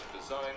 design